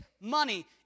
money